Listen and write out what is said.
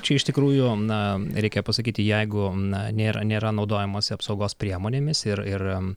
čia iš tikrųjų na reikia pasakyti jeigu na nėra nėra naudojamasi apsaugos priemonėmis ir ir